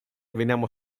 veniamo